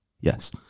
Yes